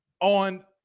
on